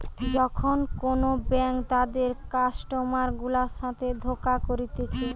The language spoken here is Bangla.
যখন কোন ব্যাঙ্ক তাদের কাস্টমার গুলার সাথে ধোকা করতিছে